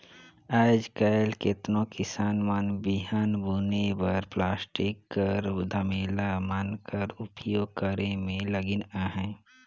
आएज काएल केतनो किसान मन बीहन बुने बर पलास्टिक कर धमेला मन कर उपियोग करे मे लगिन अहे